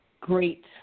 great